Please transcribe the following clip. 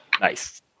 nice